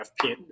FP